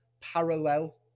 parallel